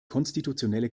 konstitutionelle